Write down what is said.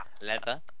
Leather